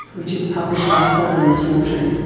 which is published by hodder and stoughton.